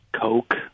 coke